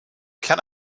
can